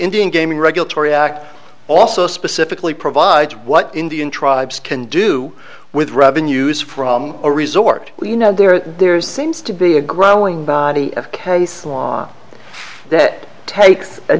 indian gaming regulatory act also specifically provides what indian tribes can do with revenues from a resort you know there are there seems to be a growing body of case law that takes a